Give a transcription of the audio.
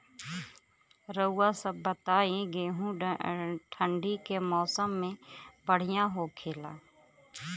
रउआ सभ बताई गेहूँ ठंडी के मौसम में बढ़ियां होखेला?